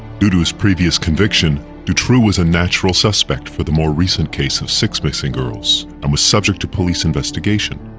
due to his previous conviction, dutroux was a natural suspect for the more recent case of six missing girls and was subject to police investigation.